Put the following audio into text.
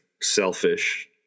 selfish